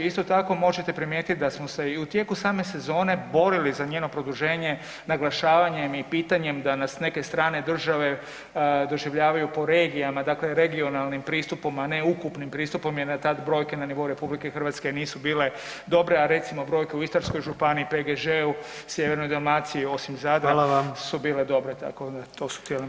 Isto tako možete primijetit da smo se i u tijeku same sezone borili za njeno produženje naglašavanjem i pitanjem da nas neke strane države doživljavaju po regijama, dakle regionalnim pristupom, a ne ukupnim pristupom jer nam tad brojke na nivou RH nisu bile dobre, a recimo brojke u Istarskoj županiji, PGŽ-u, sjevernoj Dalmaciji, osim Zadra [[Upadica: Hvala vam]] su bile dobre, tako da to su ti elementi.